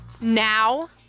now